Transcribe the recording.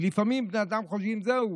כי לפעמים בני אדם חושבים שזהו,